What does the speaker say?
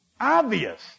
obvious